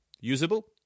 usable